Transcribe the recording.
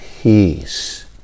peace